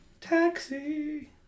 Taxi